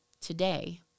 Today